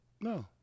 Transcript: No